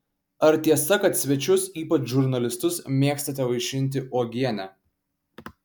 ar tiesa kad svečius ypač žurnalistus mėgstate vaišinti uogiene